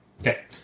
Okay